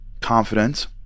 Confidence